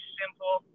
simple